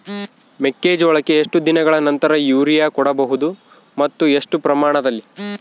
ಮೆಕ್ಕೆಜೋಳಕ್ಕೆ ಎಷ್ಟು ದಿನಗಳ ನಂತರ ಯೂರಿಯಾ ಕೊಡಬಹುದು ಮತ್ತು ಎಷ್ಟು ಪ್ರಮಾಣದಲ್ಲಿ?